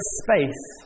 space